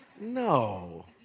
No